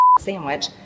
sandwich